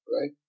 right